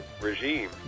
regime